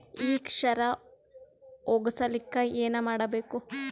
ಈ ಕ್ಷಾರ ಹೋಗಸಲಿಕ್ಕ ಏನ ಮಾಡಬೇಕು?